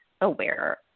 aware